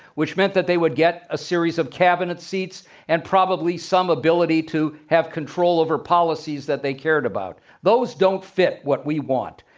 which meant that they would get a series of cabinet seats and probably some ability to have control over policies that they cared about. those don't fit what we want.